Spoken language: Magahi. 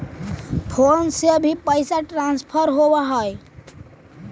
फोन से भी पैसा ट्रांसफर होवहै?